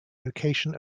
location